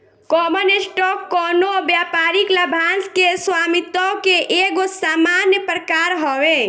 common stock कवनो व्यापारिक लाभांश के स्वामित्व के एगो सामान्य प्रकार हवे